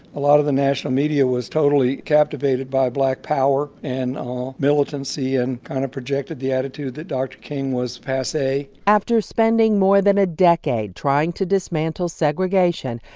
a lot of the national media was totally captivated by black power and militancy and kind of projected the attitude that dr. king was passe after spending more than a decade trying to dismantle segregation,